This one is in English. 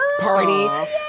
party